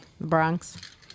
Bronx